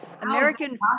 American